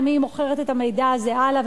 למי היא מוכרת את המידע הזה הלאה,